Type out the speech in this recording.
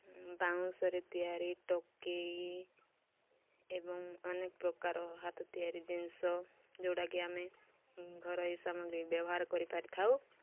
ବାଉଁଶରେ ତିଆରି ଟୋକେଇ ଏବଂ ଅନେକ ପ୍ରକାର ହାତ ତିଆରି ଜିନିଷ ଯେଉଁଟାକି ଆମେ ଘର ଏ ସାମଗ୍ରୀ ବ୍ୟବହାର କରିପାରିଥାଉ